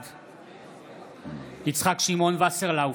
בעד יצחק שמעון וסרלאוף,